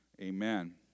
Amen